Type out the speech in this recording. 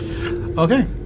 Okay